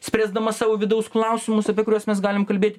spręsdama savo vidaus klausimus apie kuriuos mes galim kalbėti